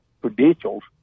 credentials